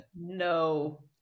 No